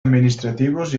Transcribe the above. administrativos